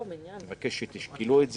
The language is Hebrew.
אני מבקש שתשקלו את זה.